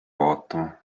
vaatama